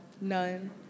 none